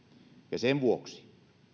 ja sen vuoksi